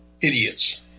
idiots